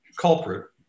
culprit